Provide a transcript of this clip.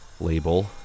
label